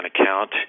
account